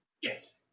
Yes